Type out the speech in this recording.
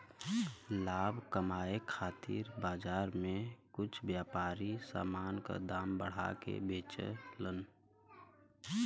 लाभ कमाये खातिर बाजार में कुछ व्यापारी समान क दाम बढ़ा के बेचलन